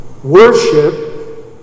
Worship